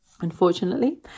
Unfortunately